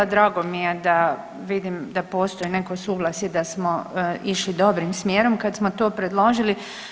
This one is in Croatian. Drago mi je da vidim da postoji neko suglasje da smo išli dobrim smjerom kad smo to predložili.